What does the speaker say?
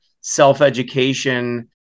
self-education